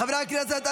חברי הכנסת,